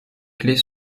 clés